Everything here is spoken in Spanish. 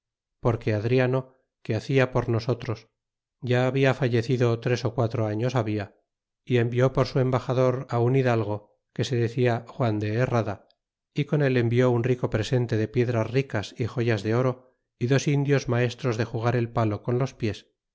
porque adriano que hacia por nosotros ya habia fallecido tres ó quatro años liabia y envió por su ernbaxador un hidalgo que se decia juan de herrada y con él envió un rico presente de piedras ricas é joyas de oro y dos indios maestros de jugar el palo con los pies